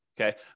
Okay